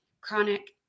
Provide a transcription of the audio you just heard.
chronic